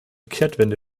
kehrtwende